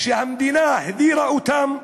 שהמדינה הדירה אותם.